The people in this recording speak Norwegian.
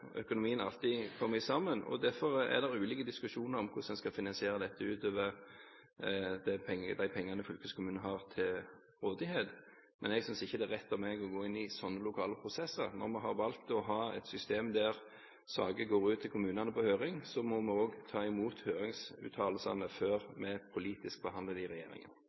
økonomien alltid går ihop, og derfor er det ulike diskusjoner om hvordan en skal finansiere dette ut over de pengene fylkeskommunen har til rådighet. Jeg synes ikke det er rett av meg å gå inn i slike lokale prosesser når vi har valgt å ha et system der saker går ut til kommunene på høring, da må vi også ta imot høringsuttalelsene før vi politisk behandler dem i